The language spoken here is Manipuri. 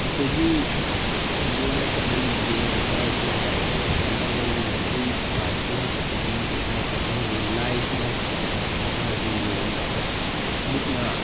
ꯑꯩꯈꯣꯏꯒꯤ ꯁꯤꯒꯤ ꯑꯣꯏꯅ ꯆꯠꯅꯕꯤꯒꯤ ꯑꯣꯏꯅ ꯃꯁꯥꯟꯅꯁꯤꯡ ꯍꯥꯏꯔꯒꯗꯤ ꯑꯩꯈꯣꯏ ꯅꯍꯥꯟꯋꯥꯏ ꯃꯩꯇꯩ ꯏꯄꯥ ꯏꯄꯨ ꯍꯥꯛꯇꯛꯇꯒꯤ ꯆꯠꯅꯔꯛꯄ ꯃꯩꯍꯩꯔꯣꯜ ꯂꯥꯏꯁꯤꯡꯒꯤ ꯍꯥꯛꯇꯛꯇꯒꯤ ꯆꯠꯅꯔꯛꯄ ꯃꯁꯥꯟꯅꯁꯤꯡꯒꯤ ꯃꯅꯨꯡꯗ ꯑꯩꯈꯣꯏ ꯃꯨꯛꯅꯥ